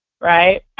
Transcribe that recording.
Right